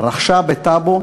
רכשה בטאבו